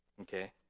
Okay